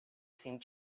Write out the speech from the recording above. seemed